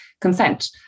consent